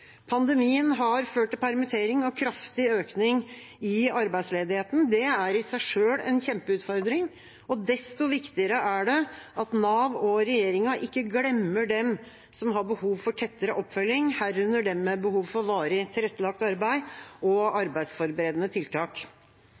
Pandemien har ført til permittering og kraftig økning i arbeidsledigheten. Det er i seg selv en kjempeutfordring. Desto viktigere er det at Nav og regjeringa ikke glemmer dem som har behov for tettere oppfølging, herunder dem med behov for varig tilrettelagt arbeid og arbeidsforberedende tiltak.